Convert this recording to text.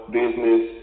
business